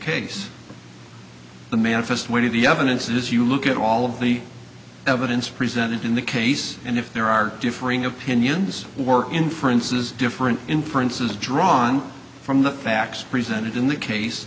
case the manifest weight of the evidence is you look at all of the evidence presented in the case and if there are differing opinions or inferences different inferences drawn from the facts presented in the case